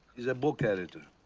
is a book editor.